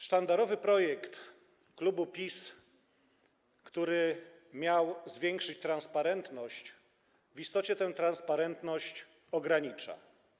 Sztandarowy projekt klubu PiS, który miał zwiększyć transparentność, w istocie tę transparentność ogranicza.